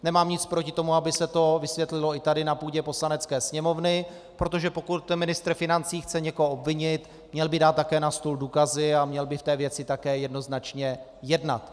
Nemám nic proti tomu, aby se to vysvětlilo i tady na půdě Poslanecké sněmovny, protože pokud ministr financí chce někoho obvinit, měl by dát také na stůl důkazy a měl by v té věci také jednoznačně jednat.